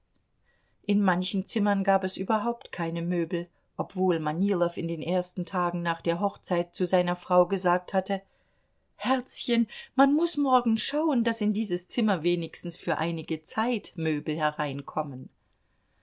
in manchen zimmern gab es überhaupt keine möbel obwohl manilow in den ersten tagen nach der hochzeit zu seiner frau gesagt hatte herzchen man muß morgen schauen daß in dieses zimmer wenigstens für einige zeit möbel hereinkommen